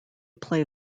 play